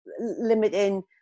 limiting